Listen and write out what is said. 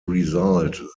result